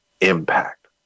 impact